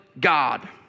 God